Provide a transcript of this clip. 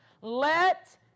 Let